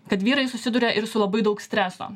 kad vyrai susiduria ir su labai daug streso